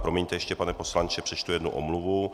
Promiňte ještě, pane poslanče, přečtu jednu omluvu.